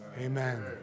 amen